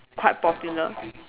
quite popular